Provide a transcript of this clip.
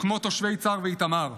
כמו תושבי יצהר ואיתמר.